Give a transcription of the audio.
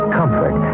comfort